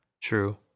True